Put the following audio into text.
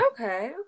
okay